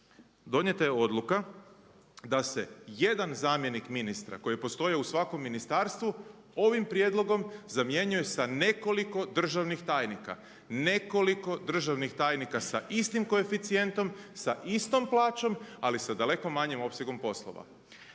Donijeta je odluka da se jedan zamjenik ministra koji postoji u svakom ministarstvu ovim prijedlogom zamjenjuju sa nekoliko državnih tajnika, nekoliko državnih tajnika sa istim koeficijentom, sa istom plaćom, ali sa daleko manjim opsegom poslova.